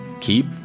keep